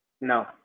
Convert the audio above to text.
No